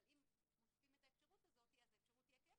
אבל אם מוסיפים את האפשרות הזו אז תהיה האפשרות,